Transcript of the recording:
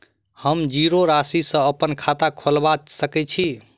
हम जीरो राशि सँ अप्पन खाता खोलबा सकै छी?